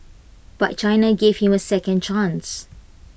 but China gave him A second chance